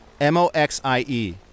M-O-X-I-E